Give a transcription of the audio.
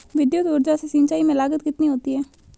विद्युत ऊर्जा से सिंचाई में लागत कितनी होती है?